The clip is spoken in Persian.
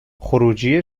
خروجی